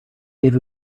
gave